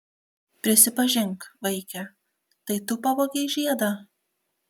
prisipažink vaike tai tu pavogei žiedą